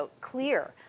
clear